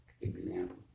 example